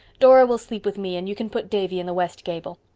dora will sleep with me and you can put davy in the west gable.